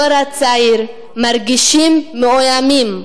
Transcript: הדור הצעיר, מרגישים מאוימים,